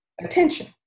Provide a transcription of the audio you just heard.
attention